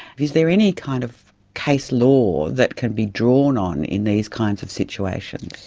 is there any kind of case law that can be drawn on in these kinds of situations?